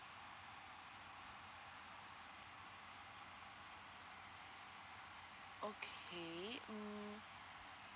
okay hmm